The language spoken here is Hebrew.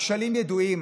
הכשלים ידועים.